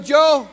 Joe